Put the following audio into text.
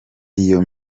iyo